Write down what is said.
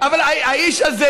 אבל האיש הזה,